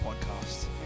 Podcast